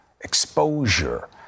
exposure